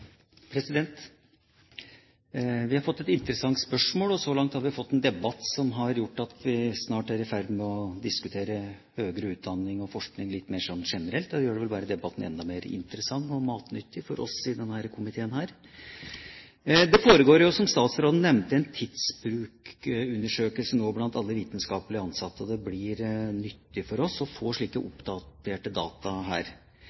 Vi har fått et interessant spørsmål å diskutere, og så langt har vi hatt en debatt som har gjort at vi er i ferd med å diskutere høgere utdanning og forskning litt mer generelt, men det gjør vel bare debatten enda mer interessant og matnyttig for oss i denne komiteen. Det foregår jo, som statsråden nevnte, en tidsbruksundersøkelse nå blant alle vitenskapelig ansatte. Det blir nyttig for oss å få slike